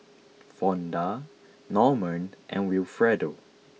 Fonda Norman and Wilfredo